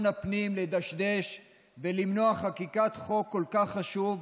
הפנים לדשדש ולמנוע חקיקת חוק כל כך חשוב,